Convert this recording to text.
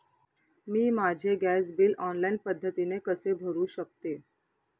मी माझे gas bill online पद्धतीने कसे भरु शकते?